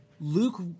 Luke